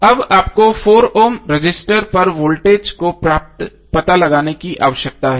अब आपको 4 ohm resistor पर वोल्टेज का पता लगाने की आवश्यकता है